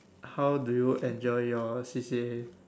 how do you enjoy your C_C_A